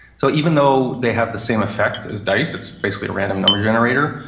so even though they have the same effect as dice, it's basically a random number generator,